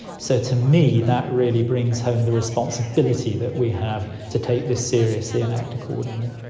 so to me that really brings home the responsibility that we have to take this seriously and act accordingly.